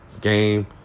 game